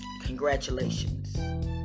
congratulations